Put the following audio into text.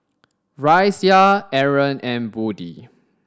Raisya Aaron and Budi